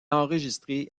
enregistré